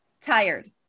tired